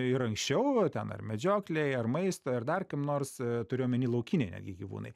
ir anksčiau ten ar medžioklei ar maistui ar dar kam nors turiu omeny laukiniai netgi gyvūnai